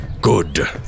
Good